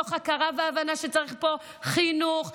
מתוך הכרה והבנה שצריך פה חינוך,